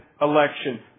election